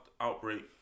outbreak